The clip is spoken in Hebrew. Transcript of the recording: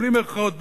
בלי מירכאות בכלל,